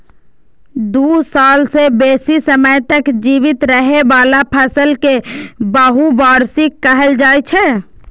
दू साल सं बेसी समय तक जीवित रहै बला फसल कें बहुवार्षिक कहल जाइ छै